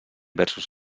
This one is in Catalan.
versus